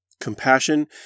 Compassion